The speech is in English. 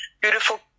beautiful